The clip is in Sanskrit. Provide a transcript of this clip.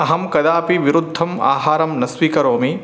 अहं कदापि विरुद्धम् आहारं न स्वीकरोमि